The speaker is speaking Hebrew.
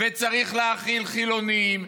וצריך להכיל חילונים,